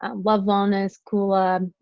ah love wellness, coola,